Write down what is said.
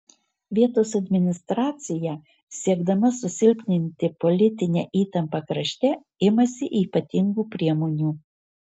vietos administracija siekdama susilpninti politinę įtampą krašte imasi ypatingų priemonių